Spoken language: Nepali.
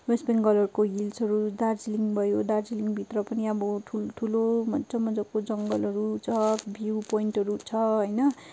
वेस्ट बेङ्गलको हिल्सहरू दार्जिलिङ भयो दार्जिलिङभित्र पनि अब ठुल्ठुलो मजा मजाको जङ्गलहरू छ भ्यु पोइन्टहरू छ होइन